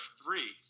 three